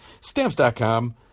Stamps.com